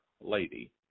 lady